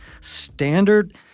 standard